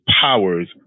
powers